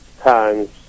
times